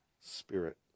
Spirit